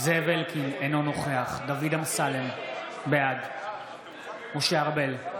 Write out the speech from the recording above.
זאב אלקין, אינו נוכח דוד אמסלם, בעד משה ארבל,